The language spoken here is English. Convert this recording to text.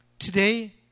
Today